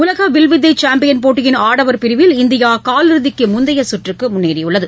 உலக வில்வித்தை சாம்பியன் போட்டியின் ஆடவர் பிரிவில் இந்தியா காலிறுதிக்கு முந்தைய றுக்கு முன்னேறியுள்ளது